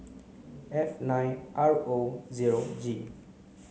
F nine R O zero G